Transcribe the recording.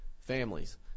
families